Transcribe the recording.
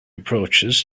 approaches